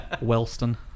Wellston